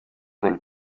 del